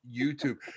youtube